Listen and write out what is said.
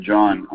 John